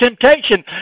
temptation